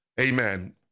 Amen